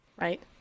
Right